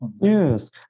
yes